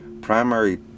primary